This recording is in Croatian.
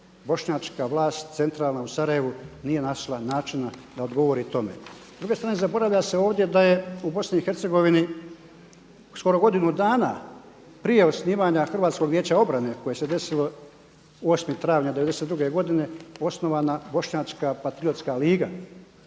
bošnjačka vlast, centralna u Sarajevu nije našla načina da odgovori tome. S druge strane, zaboravlja se ovdje da je u Bosni i Hercegovini skoro godinu dana prije osnivanja Hrvatskog vijeća obrane koje se desilo 8. travnja '92. godine osnovana Bošnjačka patriotska liga